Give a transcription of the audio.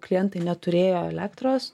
klientai neturėjo elektros